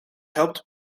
helped